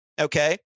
Okay